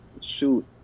Shoot